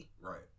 Right